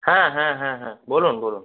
হ্যাঁ হ্যাঁ হ্যাঁ হ্যাঁ বলুন বলুন